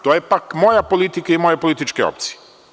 To je, pak, moja politika i moje političke opcije.